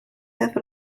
have